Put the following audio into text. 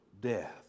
death